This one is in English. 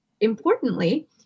importantly